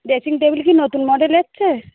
dressing table কি নতুন model এসেছে